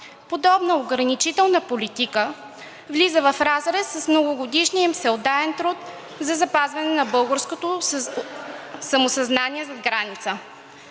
Подобна ограничителна политика влиза в разрез с многогодишния им всеотдаен труд за запазване на българското самосъзнание зад граница.